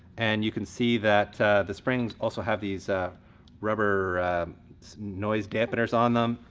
and you can see that the springs also have these rubber noise dampeners on them,